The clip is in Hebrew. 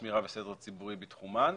שמירה וסדר ציבורי בתחומן,